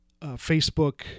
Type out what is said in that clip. Facebook